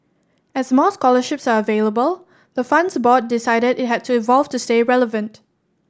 as more scholarships are available the fund's board decided it had to evolve to stay relevant